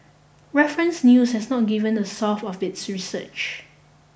Reference News has not given the source of its research